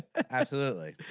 absolutely.